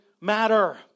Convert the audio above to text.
matter